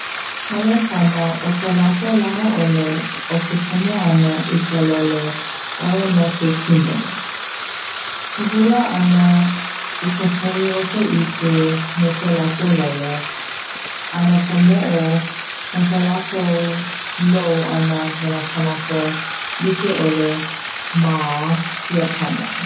Ma Iapana, o ko lakou laha'ole o ke kimo ana i kahi lole 'o ia no ke kimono, ke hula 'ana i ka pa'i o ka ipu me ko lakou lole, a no ka mo'o no ko lakou lou 'ana me na kanaka like'ole ma Iapana.